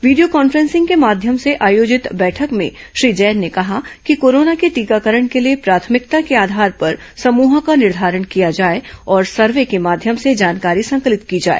video conferencing के माध्यम से आयोजित बैठक में श्री जैन ने कहा कि कोरोना के टीकाकरण के लिए प्राथमिकता के आधार पर समुहों का निर्धारण किया जाए और सर्वे के माध्यम से जानकारी संकलित की जाए